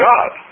God